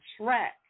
track